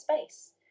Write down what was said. space